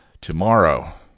tomorrow